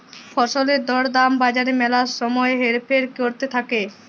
ফসলের দর দাম বাজারে ম্যালা সময় হেরফের ক্যরতে থাক্যে